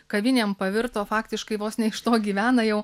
kavinėm pavirto faktiškai vos ne iš to gyvena jau